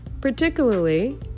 Particularly